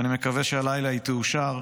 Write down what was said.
ואני מקווה שהלילה היא תאושר.